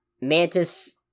Mantis